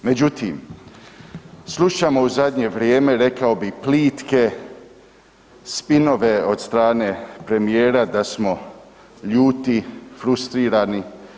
Međutim, slušamo u zadnje vrijeme rekao bih plitke spinove od strane premijera da smo ljuti, frustrirani.